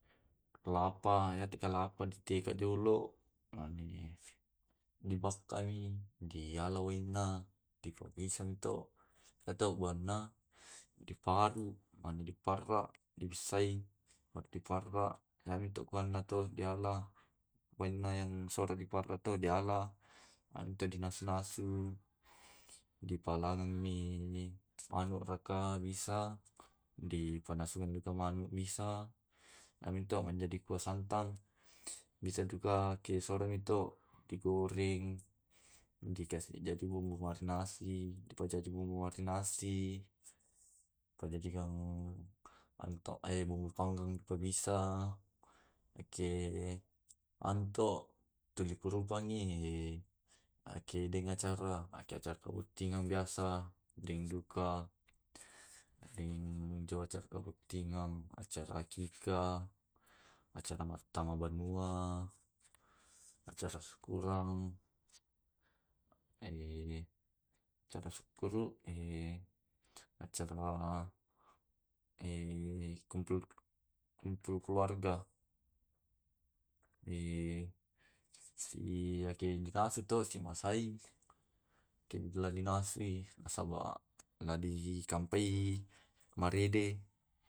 Kelapa yatu kelapa di tega dolo. Mane di bakkami diala waina diparusang to ya to buana. di paru mane di parra dibissai mane di parra. waena to kuaena to diala waena yang soro di para to dialla anto di nasu nasu di pallammi manuk raka bisa, dipanasung manuk bisa. Naminto manjadi kuah santang. Bisa duka ke sorongito digoreng di kasi jadi bumbu marinasi. Dipajajiang bumbu marinasi. Pajajikang ke anuto ay bumbu panggang juga bisa eke anto tudipurupangi e akedeng acara acara kautingan biasa dengduka deng jo acara kabutt bottingang acara akikah, acara mattama banua, acara syukuran. Eh terus peru eh acara ma eh kumpul kumpul keluarga di siake dinasu to simasai kebule dinasui nasaba la dikampai marede.